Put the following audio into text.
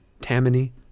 Tammany